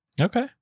Okay